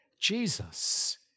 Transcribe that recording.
Jesus